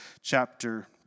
chapter